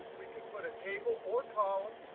we could put a table or column,